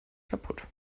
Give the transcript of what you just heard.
kaputt